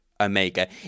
Omega